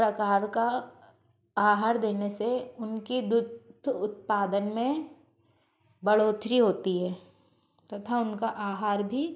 प्रकार का आहार देने से उनकी दूग्ध उत्पादन में बढ़ोतरी होती है तथा उनका आहार भी